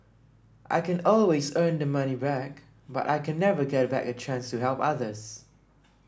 I can always earn the money back but I can never get back a chance to help others